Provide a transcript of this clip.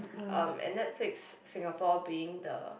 um and Netflix Singapore being the